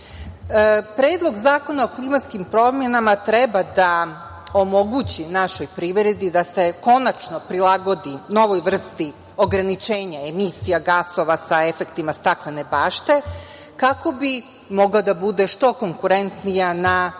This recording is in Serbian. Srbije. Predlog Zakona o klimatskim promenama treba da omogući našoj privredi da se konačno prilagodi novoj vrsti ograničenja emisija gasova sa efektima staklene bašte, kako bi mogla da bude što konkurentnija na